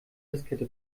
diskette